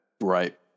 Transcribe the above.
right